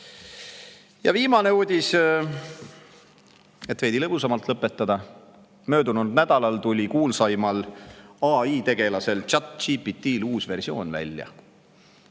Ja viimane uudis, et veidi lõbusamalt lõpetada. Möödunud nädalal tuli kuulsaimal AI-tegelasel ChatGPT-l välja